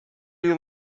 you